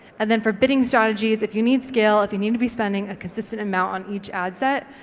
and then for bidding strategies, if you need scale, if you need to be spending a consistent amount on each ad set,